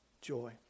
Joy